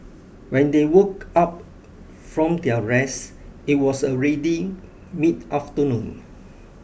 when they woke up from their rest it was already mid afternoon